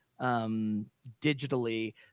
digitally